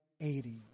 eighty